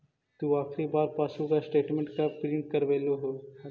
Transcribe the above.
तु आखिरी बार पासबुक स्टेटमेंट कब प्रिन्ट करवैलु हल